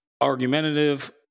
argumentative